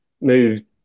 moved